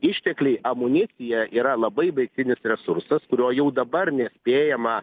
ištekliai amunicija yra labai baigtinis resursas kurio jau dabar nespėjama